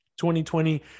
2020